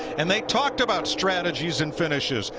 and they talked about strategies and finishes.